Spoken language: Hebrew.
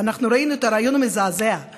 ואנחנו ראינו את הריאיון המזעזע עם